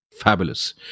Fabulous